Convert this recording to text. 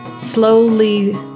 Slowly